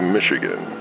Michigan